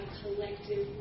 collective